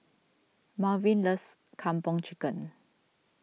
Malvin loves Kung Po Chicken